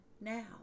now